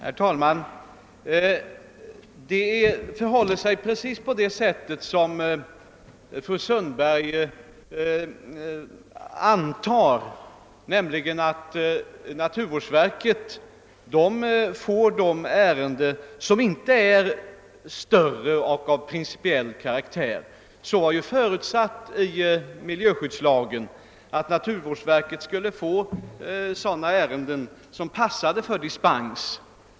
Herr talman! Det förhåller sig precis på det sätt som fru Sundberg antar, nämligen att naturvårdsverket får de ärenden som inte är större och av principiell karaktär. I miljöskyddslagen är ju förutsatt att naturvårdsverket skulle få sådana ärenden som passade för dispens.